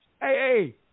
Hey